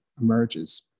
emerges